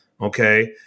Okay